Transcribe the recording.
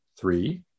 three